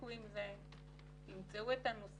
תפסיקו עם זה, תמצאו את הנוסחה.